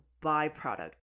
byproduct